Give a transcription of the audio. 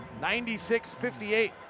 96-58